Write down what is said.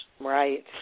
Right